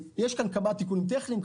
יש כאן תיקונים טכניים.